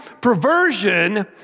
perversion